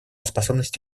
способность